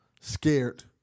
scared